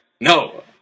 No